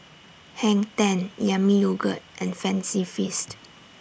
Hang ten Yami Yogurt and Fancy Feast